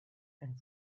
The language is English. and